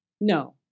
No